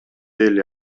эле